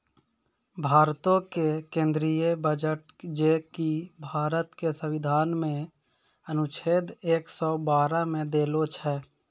भारतो के केंद्रीय बजट जे कि भारत के संविधान मे अनुच्छेद एक सौ बारह मे देलो छै